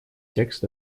текст